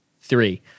three